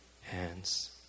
hands